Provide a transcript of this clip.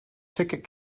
ticket